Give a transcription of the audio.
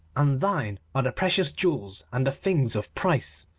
and thine are the precious jewels and the things of price.